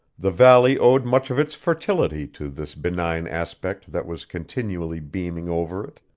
the valley owed much of its fertility to this benign aspect that was continually beaming over it,